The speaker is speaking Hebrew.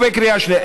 הוא בקריאה שנייה,